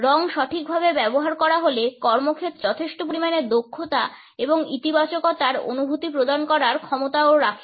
রং সঠিকভাবে ব্যবহার করা হলে কর্মক্ষেত্রে যথেষ্ট পরিমাণে দক্ষতা এবং ইতিবাচকতার অনুভূতি প্রদান করার ক্ষমতাও রয়েছে